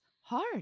hard